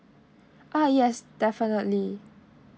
uh yes definitely